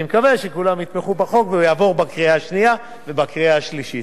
אני מקווה שכולם יתמכו בחוק והוא יעבור בקריאה השנייה ובקריאה השלישית.